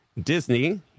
Disney